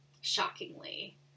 shockingly